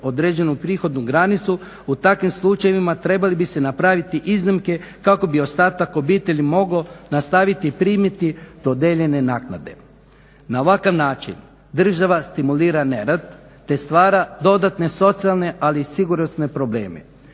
određenu prihodnu granicu u takvim slučajevima trebali bi se napraviti iznimke kako bi ostatak obitelji mogao nastaviti primati dodijeljene naknade. Na ovakav način država stimulira nerad te stvara dodatne socijalne ali i sigurnosne probleme.